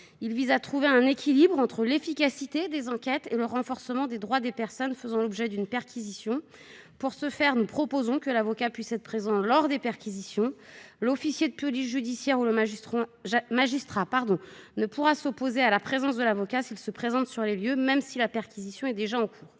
Il s'agit de trouver un équilibre entre efficacité des enquêtes et renforcement des droits des personnes faisant l'objet d'une perquisition. Pour ce faire, nous proposons que l'avocat puisse être présent lors des perquisitions : l'officier de police judiciaire ou le magistrat ne pourraient pas s'opposer à sa présence à son arrivée sur les lieux, même si la perquisition est déjà en cours.